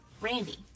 Randy